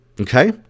okay